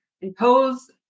impose